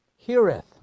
heareth